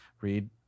read